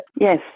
Yes